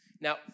Now